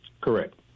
Correct